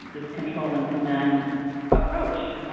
this controlling command approach